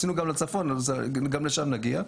רצינו גם לצפון גם לשם נגיע.